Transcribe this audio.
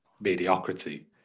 mediocrity